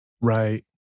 right